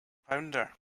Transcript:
pounder